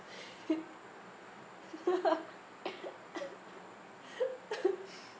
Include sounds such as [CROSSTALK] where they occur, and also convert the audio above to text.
[LAUGHS]